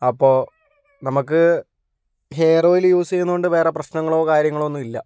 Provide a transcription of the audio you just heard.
അപ്പോൾ നമുക്ക് hair oil use ചെയ്യുന്നതു കൊണ്ട് വേറെ പ്രശ്നങ്ങളോ കാര്യങ്ങളോ ഒന്നുമില്ല